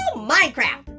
minecraft!